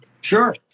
Sure